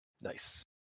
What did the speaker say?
Nice